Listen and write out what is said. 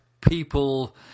people